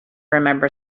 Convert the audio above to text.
remember